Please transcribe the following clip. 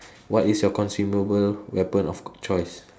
what is your consumable weapon of choice